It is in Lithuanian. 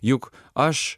juk aš